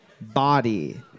body